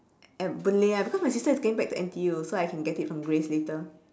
at boon lay ah because my sister is going back to N_T_U so I can get it from grace later